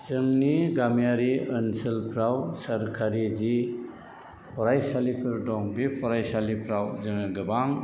जोंनि गामियारि ओनसोलफ्राव सोरखारि जि फरायसालिफोर दं बे फरायसालिफ्राव जोङो गोबां